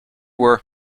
were